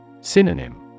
Synonym